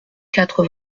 quatre